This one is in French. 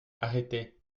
arrêtez